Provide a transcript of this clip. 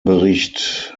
bericht